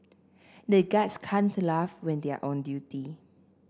the guards can't laugh when they are on duty